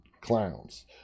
clowns